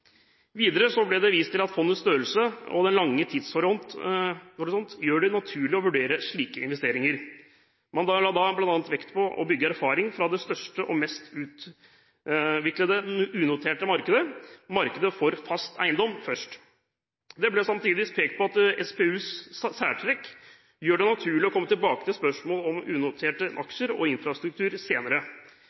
Videre ble det vist til at fondets størrelse og lange tidshorisont gjør det naturlig å vurdere slike investeringer. Man la da bl.a. vekt på å bygge erfaring fra det største og mest utviklede unoterte markedet, markedet for fast eiendom, først. Det ble samtidig pekt på at SPUs særtrekk gjør det naturlig å komme tilbake til spørsmålet om unoterte aksjer og infrastruktur senere.